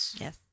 Yes